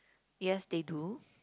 yes they do